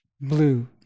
Blue